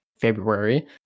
February